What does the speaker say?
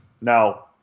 Now